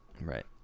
Right